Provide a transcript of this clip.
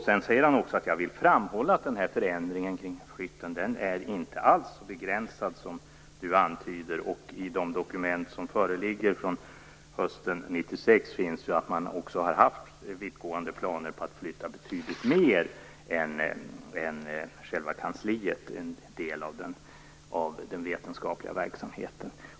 Sedan skriver han att han vill framhålla att denna förändring i samband med flytten inte alls är begränsad, som antyds. I de dokument som föreligger från hösten 1996 framgår att man har haft vittgående planer på att flytta betydligt mer än själva kansliet, dvs. en del av den vetenskapliga verksamheten.